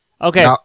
Okay